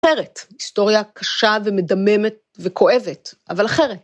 אחרת, היסטוריה קשה ומדממת וכואבת, אבל אחרת.